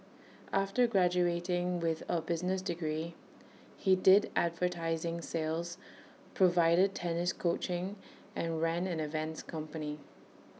after graduating with A business degree he did advertising sales provided tennis coaching and ran an events company